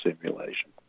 simulation